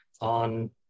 on